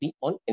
on